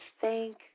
thank